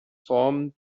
formen